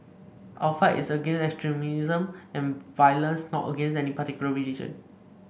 our fight is against extremism and violence not against any particular religion